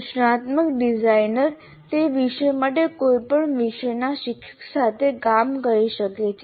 સૂચનાત્મક ડિઝાઇનર તે વિષય માટે કોઈપણ વિષયના શિક્ષક સાથે કામ કરી શકે છે